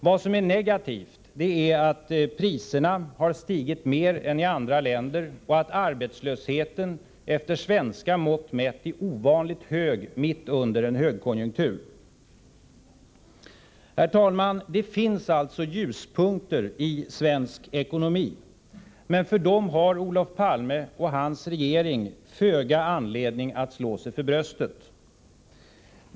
Vad som är negativt är att priserna har stigit mer än i andra länder och att arbetslösheten efter svenska mått mätt är ovanligt hög mitt under en högkonjunktur. Herr talman! Det finns alltså ljuspunkter i svensk ekonomi, men för dem har Olof Palme och hans regering föga anledning att slå sig för bröstet.